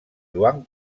joan